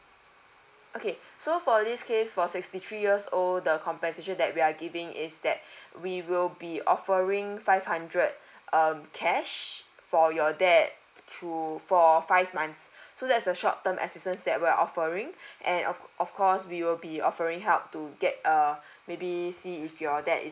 okay so for this case for sixty three years old the compensation that we are giving is that we will be offering five hundred um cash for your dad through for five months so that's the short term assistance that we are offering and of of course we will be offering help to get err maybe see if your dad